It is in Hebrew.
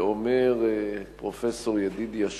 ואומר פרופסור ידידיה שטרן: